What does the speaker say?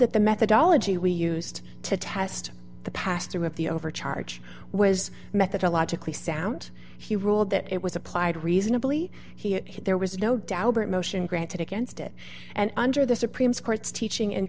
that the methodology we used to test the pastor of the overcharge was methodologically sound he ruled that it was applied reasonably he had it there was no doubt promotion granted against it and under the supreme court's teaching in